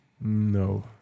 No